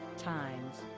times,